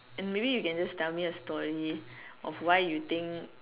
and maybe you can just tell me a story of why you think